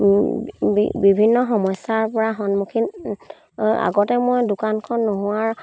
বিভিন্ন সমস্যাৰ পৰা সন্মুখীন আগতে মই দোকানখন নোহোৱাৰ